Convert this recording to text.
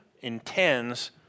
intends